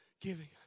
Giving